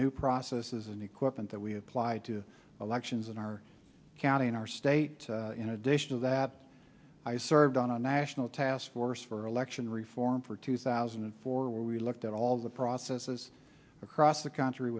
new processes and equipment that we applied to elections in our county in our state in addition of that i served on a national taskforce for election reform for two thousand and four where we looked at all the processes across the country